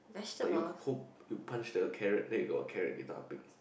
like you hope you punch the carrot then you got a carrot guitar pick